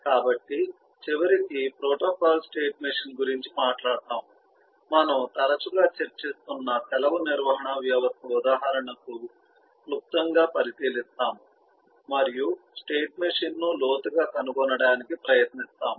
కాబట్టి చివరికి protocol state machine గురించి మాట్లాడుతాము మనం తరచుగా చర్చిస్తున్న సెలవు నిర్వహణ వ్యవస్థ ఉదాహరణను క్లుప్తంగా పరిశీలిస్తాము మరియు స్టేట్ మెషిన్ ను లోతుగా కనుగొనటానికి ప్రయత్నిస్తాము